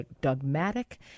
dogmatic